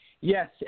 Yes